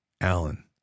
Alan